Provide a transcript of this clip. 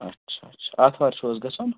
اچھا اچھا آتھوار چھُو حظ گَژھُن